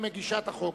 כמגישת החוק.